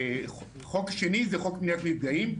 חוק שני זה חוק מניעת מפגעים,